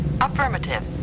affirmative